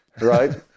right